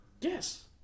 Yes